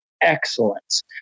excellence